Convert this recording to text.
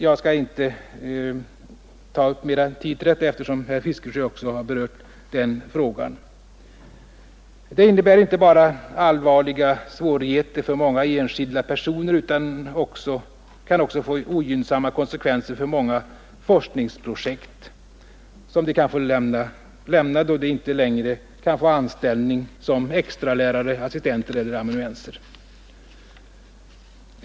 Jag skall emellertid inte ta upp mera tid med den saken, eftersom herr Fiskesjö också har berört frågan. Detta innebär inte bara allvarliga svårigheter för många enskilda personer utan kan också få ogynnsamma konsekvenser för många forskningsprojekt, som de kan få lämna då de inte längre kan få anställning som extra lärare, assistenter eller amanuenser.